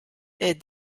est